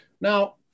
Now